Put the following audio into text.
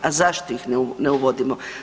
A zašto ih ne uvodimo?